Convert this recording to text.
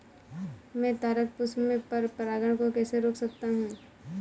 मैं तारक पुष्प में पर परागण को कैसे रोक सकता हूँ?